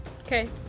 Okay